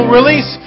Release